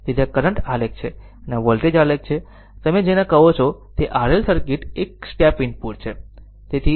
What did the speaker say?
તેથી આ કરંટ આલેખ છે અને આ વોલ્ટેજ આલેખ છે તમે જેને કહો છો તે માટે RL સર્કિટ એ સ્ટેપ ઇનપુટ છે